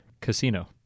Casino